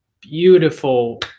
beautiful